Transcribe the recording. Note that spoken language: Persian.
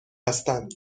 هستند